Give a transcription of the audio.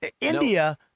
India